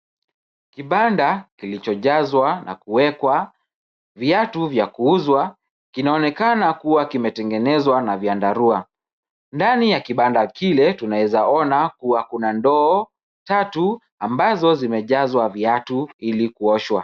Kibanda kilichojazwa na kuwekwa viatu vya kuuzwa kinaonekana kuwa kimetengenezwa na viandarua. Ndani ya kibanda kile tunaeza ona kuwa kuna ndoo tatu ambazo zimejazwa viatu ili kuoshwa.